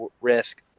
risk